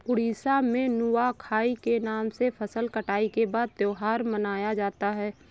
उड़ीसा में नुआखाई के नाम से फसल कटाई के बाद त्योहार मनाया जाता है